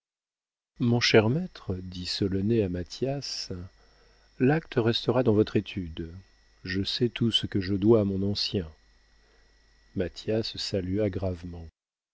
mon cher maître dit solonet à mathias l'acte restera dans votre étude je sais tout ce que je dois à mon ancien mathias salua gravement